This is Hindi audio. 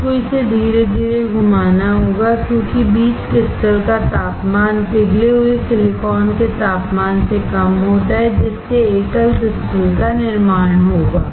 आपको इसे धीरे धीरे घुमाना होगा क्योंकि बीज क्रिस्टल का तापमान पिघले हुए सिलिकॉन के तापमान से कम होता है जिससे एकल क्रिस्टल का निर्माण होगा